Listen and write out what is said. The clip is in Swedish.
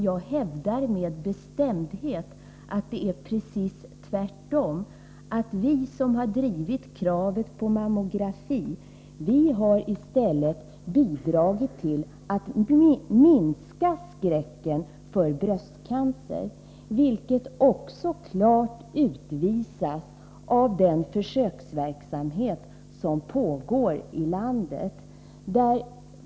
Jag hävdar med bestämdhet att det är precis tvärtom: vi som har drivit kravet på mammografi har i stället bidragit till att minska skräcken för bröstcancer. Detta utvisas klart av den försöksverksamhet som pågår i landet.